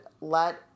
let